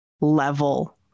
level